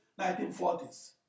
1940s